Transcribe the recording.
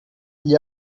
gli